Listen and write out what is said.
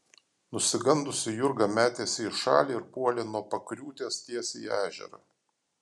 nusigandusi jurga metėsi į šalį ir puolė nuo pakriūtės tiesiai į ežerą